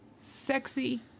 Sexy